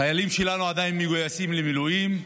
החיילים שלנו עדיין מגויסים למילואים,